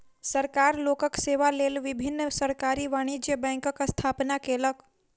सरकार लोकक सेवा लेल विभिन्न सरकारी वाणिज्य बैंकक स्थापना केलक